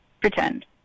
pretend